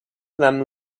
them